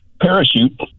parachute